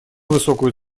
высокую